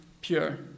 pure